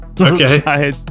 okay